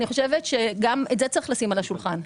אני חושבת שגם את זה צריך לשים על השולחן.